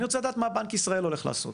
אני רוצה לדעת מה בנק ישראל הולך לעשות.